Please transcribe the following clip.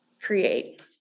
create